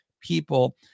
people